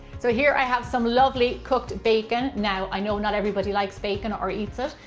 so here i have some lovely cooked bacon, now i know not everybody likes bacon or eats it,